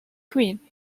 queen